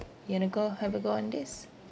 you want to go have a go on this